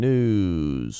News